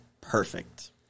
perfect